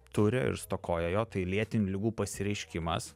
turi ir stokoja jo tai lėtinių ligų pasireiškimas